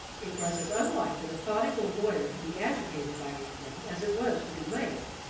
it was as unlike the methodic old lawyer to be agitated by anything as it was to be late,